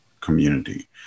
community